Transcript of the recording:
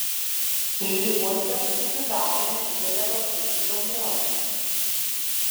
žibuose susidarė nedidelė baptistų bendruomenė